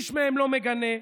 איש מהם לא מגנה,